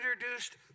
introduced